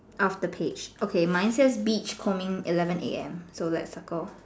of the page okay mine says beach combing eleven A_M so let's circle